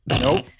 nope